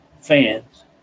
fans